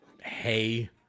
Hey